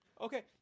okay